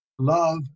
love